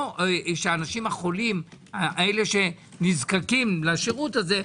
לא שהאנשים החולים אלה שנזקקים לשירות הזה,